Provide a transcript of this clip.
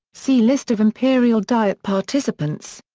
see list of imperial diet participants.